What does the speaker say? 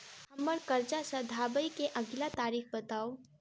हम्मर कर्जा सधाबई केँ अगिला तारीख बताऊ?